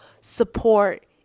support